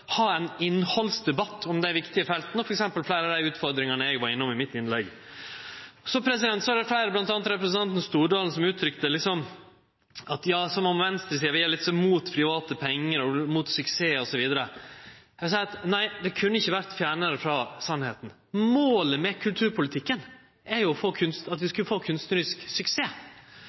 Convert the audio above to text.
innhaldsdebatt om dei viktige felta og f.eks. fleire av dei utfordringane eg var innom i mitt innlegg. Det var fleire, m.a. representanten Stordalen, som uttrykte det litt som om at venstresida liksom er mot private pengar og mot suksess, osv. Nei, det kunne ikkje vore fjernare frå sanninga. Målet med kulturpolitikken er jo at ein skal få kunstnarisk suksess. Men det er jo ikkje sånn at ein berre kan vedta suksess.